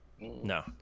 No